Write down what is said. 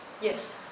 Yes